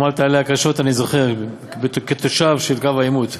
אני זוכר שעמלת עליה קשות כתושב קו העימות,